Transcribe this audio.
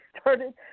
started